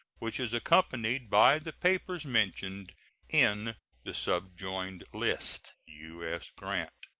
which is accompanied by the papers mentioned in the subjoined list. u s. grant.